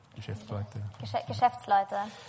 Geschäftsleute